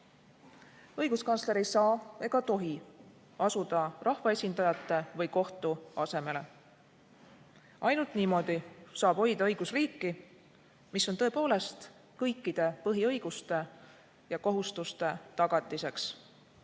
Õiguskantsler ei saa ega tohi asuda rahvaesindajate või kohtu asemele. Ainult niimoodi saab hoida õigusriiki, mis on tõepoolest kõikide põhiõiguste ja kohustuste tagatiseks.